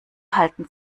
halten